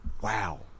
Wow